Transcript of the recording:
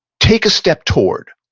take a step toward